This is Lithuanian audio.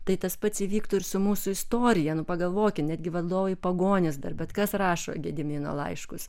tai tas pats įvyktų ir su mūsų istorija nu pagalvokit netgi valdovai pagonys dar bet kas rašo gedimino laiškus